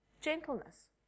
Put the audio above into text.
gentleness